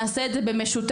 נעשה את זה במשותף.